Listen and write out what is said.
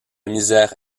misère